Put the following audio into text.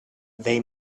they